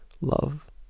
love